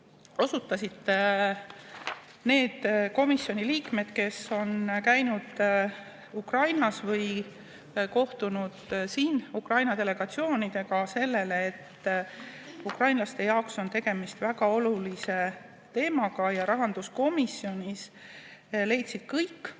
osutasid need komisjoni liikmed, kes on käinud Ukrainas või kohtunud siin Ukraina delegatsioonidega, sellele, et ukrainlaste jaoks on tegemist väga olulise teemaga. Rahanduskomisjonis leidsid kõik